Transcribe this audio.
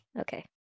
Okay